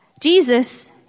Jesus